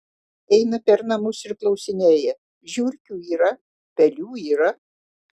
eina per namus ir klausinėja žiurkių yra pelių yra